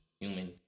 human